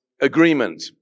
agreement